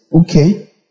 Okay